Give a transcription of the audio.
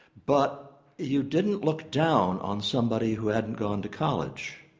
but you didn't look down on somebody who hadn't gone to college.